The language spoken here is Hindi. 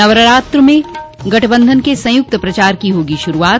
नवरात्र में गठबंधन के संयुक्त प्रचार की होगी शुरूआत